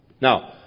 Now